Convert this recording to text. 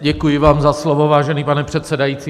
Děkuji vám za slovo, vážený pane předsedající.